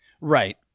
Right